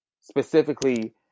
specifically